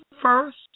first